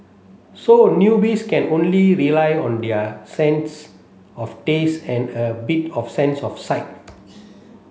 so newbies can only rely on their sense of taste and a bit of sense of sight